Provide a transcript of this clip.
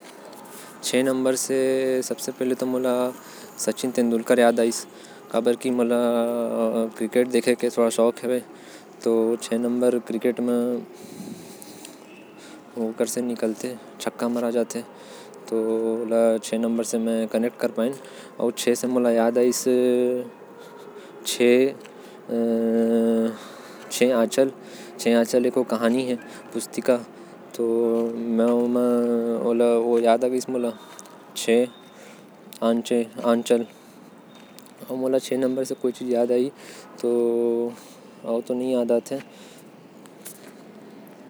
छ से मोके सचिन के याद आएल काबर की मोके। क्रिकेट देखे में बहुत मज़ा आएल। छ से मोके छ आँचल नाम के किताबो के ध्यान आ जायेल। अउ कुछ तो संख्या छ से मोके नही याद आएल।